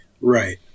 Right